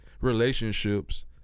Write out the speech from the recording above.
relationships